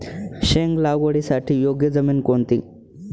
शेंग लागवडीसाठी योग्य जमीन कोणती?